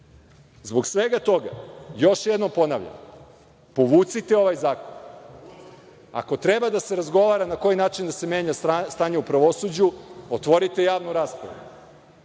svega toga, još jednom ponavljam, povucite ovaj zakon. Ako treba da se razgovara na koji način da se menja stanje u pravosuđu, otvorite javnu raspravu.